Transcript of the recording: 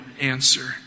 answer